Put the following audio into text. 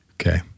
Okay